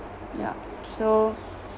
yeah so